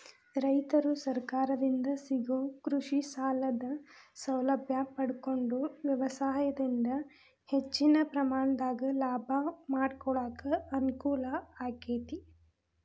ರೈತರು ಸರಕಾರದಿಂದ ಸಿಗೋ ಕೃಷಿಸಾಲದ ಸೌಲಭ್ಯ ಪಡಕೊಂಡು ವ್ಯವಸಾಯದಿಂದ ಹೆಚ್ಚಿನ ಪ್ರಮಾಣದಾಗ ಲಾಭ ಮಾಡಕೊಳಕ ಅನುಕೂಲ ಆಗೇತಿ